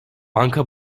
banka